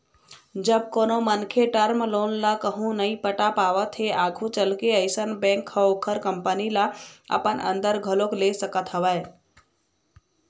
जब कोनो मनखे टर्म लोन ल कहूँ नइ पटा पावत हे आघू चलके अइसन बेंक ह ओखर कंपनी ल अपन अंदर घलोक ले सकत हवय